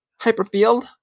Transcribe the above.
Hyperfield